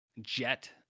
jet